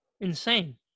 insane